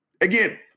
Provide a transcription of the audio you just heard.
Again